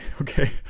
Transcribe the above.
okay